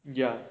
ya